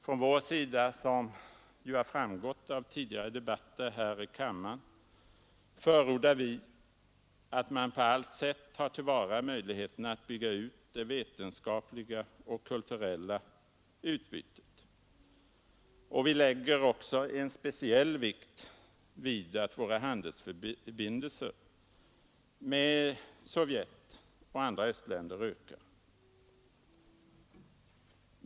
Från vår sida, som framgått av tidigare debatter här i kammaren, förordar vi att man på allt sätt tar till vara möjligheterna att bygga ut det vetenskapliga och kulturella utbytet. Vi lägger också en speciell vikt vid att våra handelsförbindelser med Sovjet och andra östländer ökar.